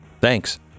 Thanks